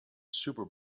super